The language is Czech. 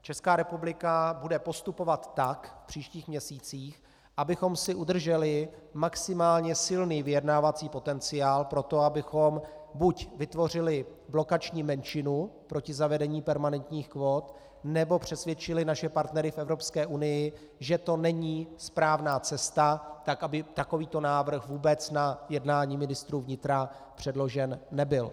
Česká republika bude postupovat v příštích měsících tak, abychom si udrželi maximálně silný vyjednávací potenciál pro to, abychom buď vytvořili blokační menšinu proti zavedení permanentních kvót, nebo přesvědčili naše partnery v Evropské unii, že to není správná cesta, tak aby takovýto návrh vůbec na jednání ministrů vnitra předložen nebyl.